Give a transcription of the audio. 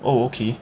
oh okay